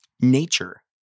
Nature